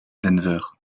denver